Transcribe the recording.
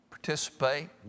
Participate